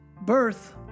birth